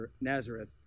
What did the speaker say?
Nazareth